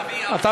רציתי להביע,